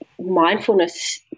mindfulness